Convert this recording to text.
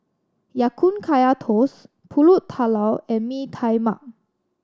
Ya Kun Kaya Toast Pulut Tatal and Mee Tai Mak